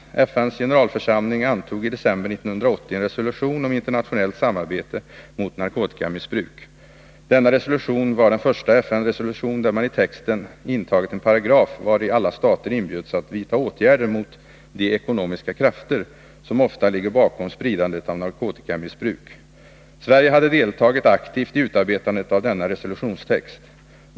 FN:s generalförsamling antog i december 1980 en resolution om internationellt samarbete mot narkotikamissbruk. Denna resolution var den första FN-resolution i vilken man i texten intagit en paragraf vari alla stater inbjöds att vidta åtgärder mot de ”ekonomiska krafter” som ofta ligger bakom spridandet av narkotikamissbruk. Sverige hade deltagit aktivt i utarbetandet av denna resolutionstext.